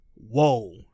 whoa